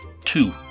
two